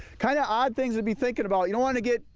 kinda odd things to be thinking about. you don't want to get,